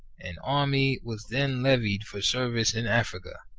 an army was then levied for service in africa,